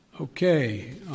Okay